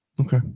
Okay